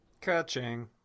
catching